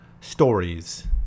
stories